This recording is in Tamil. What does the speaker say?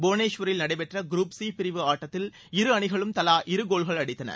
புவனேஷ்வரில் நடைபெற்ற குரூப் சி பிரிவு ஆட்டத்தில் இரு அணிகளும் தலா இரு கோல்கள் அடித்தன